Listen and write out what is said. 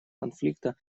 конфликта